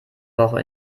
woche